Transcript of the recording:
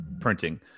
printing